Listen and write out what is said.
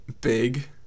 big